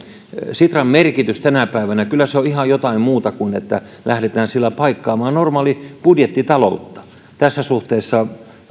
sitran merkitys tänä päivänä on kyllä ihan jotain muuta kuin että lähdetään sillä paikkaamaan normaalia budjettitaloutta tässä suhteessa